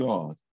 God